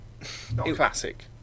classic